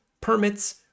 permits